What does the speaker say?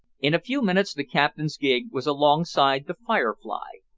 in a few minutes the captain's gig was alongside the firefly,